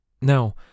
Now